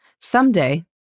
Someday